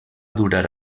durar